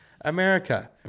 America